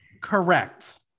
Correct